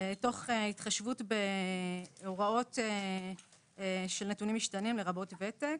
תוך התחשבות בהוראות של נתונים משתנים לרבות ותק.